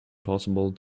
possible